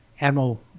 Admiral